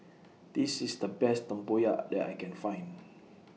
This IS The Best Tempoyak that I Can Find